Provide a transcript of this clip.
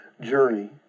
journey